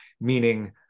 meaning